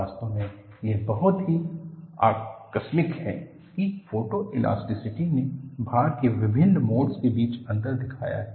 वास्तव में यह बहुत ही आकस्मिक है कि फोटोएलास्टिसिटी ने भार के विभिन्न मोडस के बीच अंतर दिखाया है